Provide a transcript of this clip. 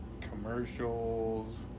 Commercials